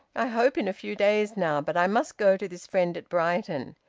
i hope in a few days, now. but i must go to this friend at brighton.